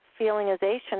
feelingization